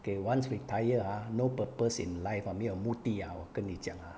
给 once retire ah no purpose in life ah 没有目的呀我跟你讲呀